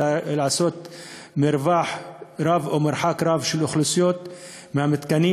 ליצור מרווח רב או מרחק רב של אוכלוסיות מהמתקנים,